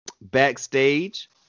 backstage